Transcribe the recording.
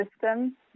system